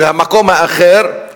והמקום האחר,